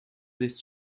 this